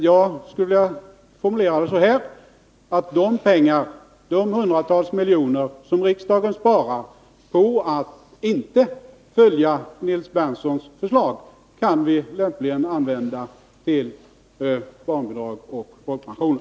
Jag skulle vilja formulera det så här, att de hundratals miljoner som riksdagen spar på att inte följa Nils Berndtsons förslag lämpligen kan användas till barnbidrag och folkpensioner.